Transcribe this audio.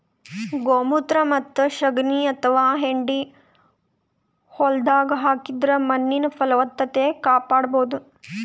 ಗೋಮೂತ್ರ ಮತ್ತ್ ಸಗಣಿ ಅಥವಾ ಹೆಂಡಿ ಹೊಲ್ದಾಗ ಹಾಕಿದ್ರ ಮಣ್ಣಿನ್ ಫಲವತ್ತತೆ ಕಾಪಾಡಬಹುದ್